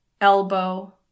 elbow